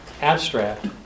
abstract